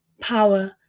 power